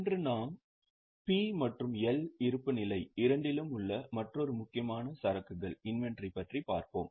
இன்று நாம் P மற்றும் L இருப்புநிலை இரண்டிலும் உள்ள மற்றொரு முக்கியமான சரக்குகள் பற்றி பாப்போம்